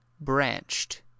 branched